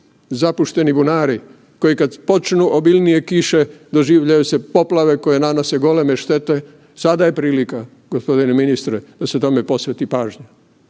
zapušteni bunari, koji kad počnu obilnije kiše doživljavaju se poplave koje nanose goleme štete. Sada je prilika g. ministre da se tome posveti pažnja